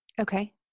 Okay